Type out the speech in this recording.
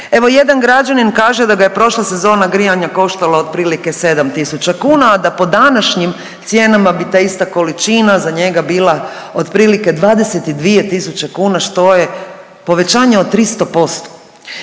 Evo, jedan građanin kaže da ga je prošla sezona grijanja koštala otprilike 7 tisuća kuna, a da po današnjim cijenama bi ta ista količina za njega bila otprilike 22 tisuće kuna, što je povećanje od 300%.